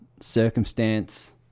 circumstance